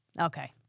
Okay